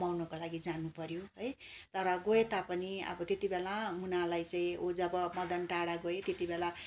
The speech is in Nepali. कमाउनको लागि जानुपऱ्यो है तर गए तापनि अब त्यति बेला मुनालाई चाहिँ ऊ जब मदन टाढा गए त्यति बेला